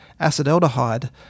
acetaldehyde